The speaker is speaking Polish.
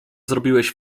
zrobiłeś